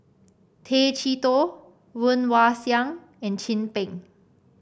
Tay Chee Toh Woon Wah Siang and Chin Peng